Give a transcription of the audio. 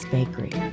Bakery